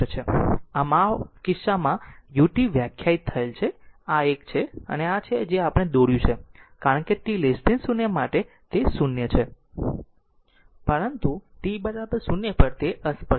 આમ આ કિસ્સામાં u t વ્યાખ્યાયિત થયેલ છે આ એક છે અને આ આ છે જે આપણે દોર્યું છે કારણ કે t 0 માટે તે 0 છે પરંતુ t 0 પર તે અસ્પષ્ટ છે